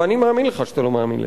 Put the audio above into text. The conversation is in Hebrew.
ואני מאמין לך שאתה לא מאמין לזה.